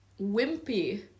wimpy